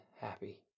happy